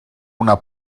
una